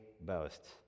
boast